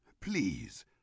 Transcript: please